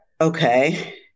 okay